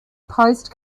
post